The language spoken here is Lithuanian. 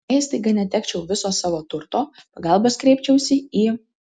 jei staiga netekčiau viso savo turto pagalbos kreipčiausi į